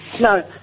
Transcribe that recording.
no